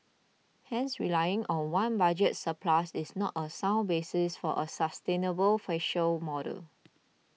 hence relying on one budget surplus is not a sound basis for a sustainable fiscal model